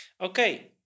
Okay